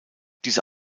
diese